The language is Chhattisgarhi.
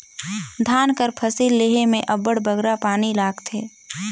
धान कर फसिल लेहे में अब्बड़ बगरा पानी लागथे